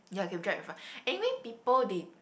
yeah can be dried very fast anyway people they